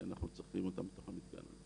כי אנחנו צריכים אותם בתוך המתקן.